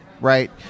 Right